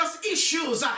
Issues